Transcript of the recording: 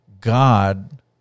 God